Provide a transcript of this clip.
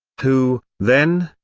who, then,